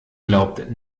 glaubt